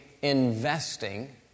investing